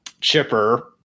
Chipper